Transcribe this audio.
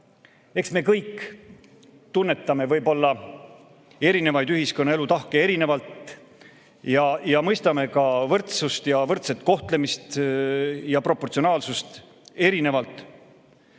eks me kõik tunnetame võib-olla erinevaid ühiskonnaelu tahke erinevalt ja mõistame ka võrdsust ja võrdset kohtlemist ja proportsionaalsust erinevalt.